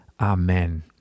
Amen